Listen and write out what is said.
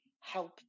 help